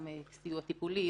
גם סיוע טיפולי,